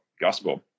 gospel